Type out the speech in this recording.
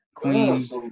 Queens